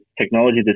technology